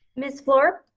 ms. fluor?